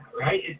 right